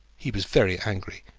he was very angry.